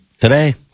Today